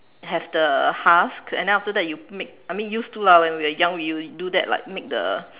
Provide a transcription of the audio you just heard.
have the husk and then after that you make I mean used to lah when we were young we will do that make the